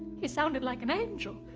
he sounded like an angel.